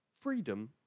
Freedom